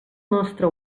nostre